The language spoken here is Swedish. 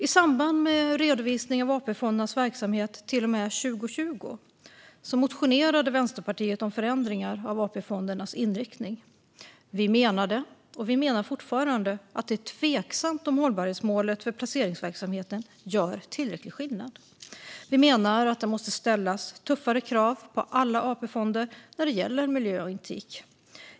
I samband med redovisningen av AP-fondernas verksamhet till och med 2020 motionerade Vänsterpartiet om förändringar av AP-fondernas inriktning. Vi menade, och vi menar fortfarande, att det är tveksamt om hållbarhetsmålet för placeringsverksamheten gör tillräcklig skillnad. Vi menar att det måste ställas tuffare krav på alla AP-fonder när det gäller miljö och etik.